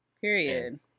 Period